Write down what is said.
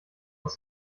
aus